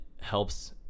helps